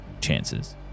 chances